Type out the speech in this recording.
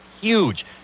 huge